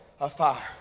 afire